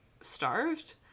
starved